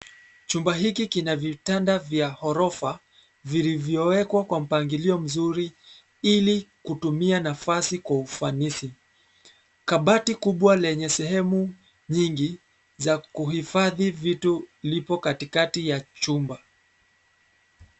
Chumba hiki kina vitanda vya ghorofa vilivyowekwa kwa mpangilio mzuri ili kutumia nafasi kwa ufanisi. Kabati kubwa lenye sehemu nyingi za kuhifadhi vitu lipo katikati ya chumba.